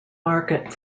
market